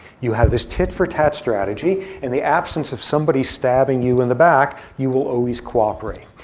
you have this tit for tat strategy. in the absence of somebody stabbing you in the back, you will always cooperate.